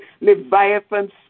Leviathan